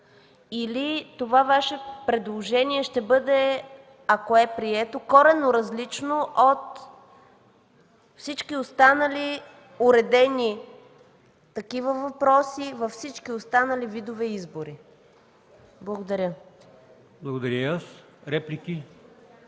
или това Ваше предложение ще бъде, ако е прието, коренно различно от всички останали уредени такива въпроси във всички останали видове избори. Благодаря. ПРЕДСЕДАТЕЛ АЛИОСМАН